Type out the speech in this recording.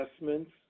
investments